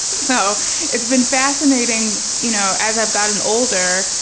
so it's been fascinating, you know as i've gotten older,